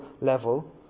level